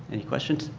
any questions?